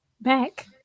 back